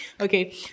Okay